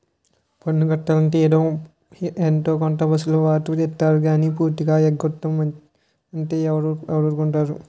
పన్ను కట్టాలంటే ఏదో కొంత ఎసులు బాటు ఇత్తారు గానీ పూర్తిగా ఎగ్గొడతాం అంటే ఎవడూరుకుంటాడు